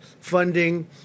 funding